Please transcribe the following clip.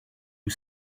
you